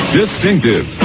distinctive